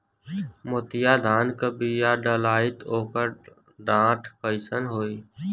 मोतिया धान क बिया डलाईत ओकर डाठ कइसन होइ?